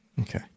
Okay